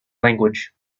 language